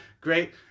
Great